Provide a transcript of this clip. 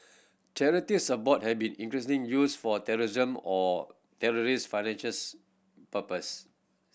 charities abroad have been increasingly used for terrorism or terrorist purposes